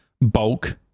bulk